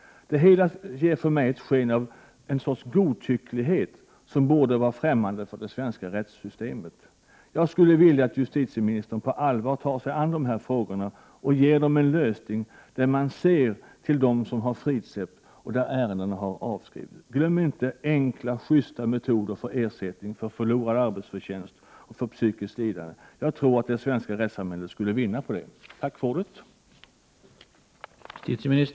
Det hela ger ett sken av någon sorts godtycklighet, som borde vara främmande för det svenska rättssamhället. Jag skulle vilja att justitieministern på allvar tar sig an dessa frågor och ger dem en lösning, där man ser till dem som har släppts fria och där ärendet har avskrivits. Glöm inte enkla, justa metoder för ersättning för förlorad arbetsförtjänst och för psykiskt lidande! Jag tror att det svenska rättssamhället skulle vinna på det. Tack för ordet!